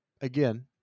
again